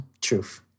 Truth